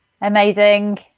amazing